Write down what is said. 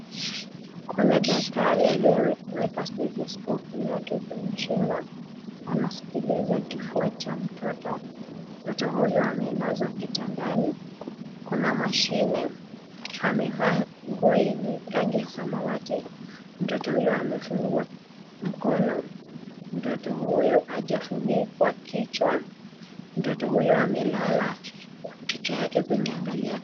Kuna daktari aliyeweka stetoskopu. yake kwenye shingo. Anaskiliza kifua cha mtoto. Mtoto huyu amelazwa kitandani. Kuna mashine. Amevaa nguo yenye rangi ya samawati. Mtoto huyu amefungwa mkono. Mtoto huyu hajafunikwa kichwa. Mtoto huyu amelala kichwa yake imeangalia.